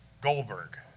Goldberg